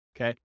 okay